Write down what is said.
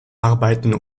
arbeiten